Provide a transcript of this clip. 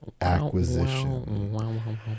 acquisition